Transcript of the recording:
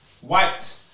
White